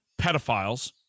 pedophiles